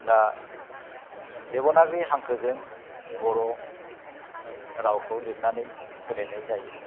दा देब'नागिरि हांखोजों बर' रावखौ लिरनानै होलायनाय जायो